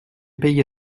payé